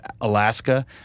alaska